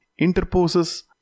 interposes